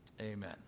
Amen